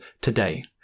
today